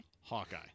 Hawkeye